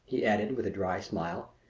he added, with a dry smile,